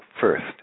first